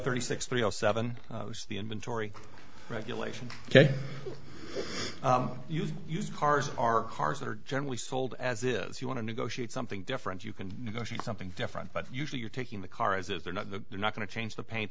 thirty six three o seven the inventory regulations ok you've used cars our cars are generally sold as it is you want to negotiate something different you can negotiate something different but usually you're taking the car as if they're not the you're not going to change the paint